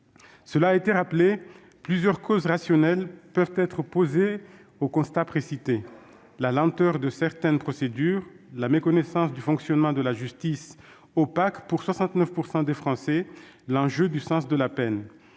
il a été rappelé, plusieurs causes rationnelles peuvent être invoquées à l'appui du constat précité : la lenteur de certaines procédures, la méconnaissance du fonctionnement de la justice- opaque pour 69 % des Français -, ou encore l'enjeu du sens de la peine.